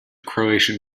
croatian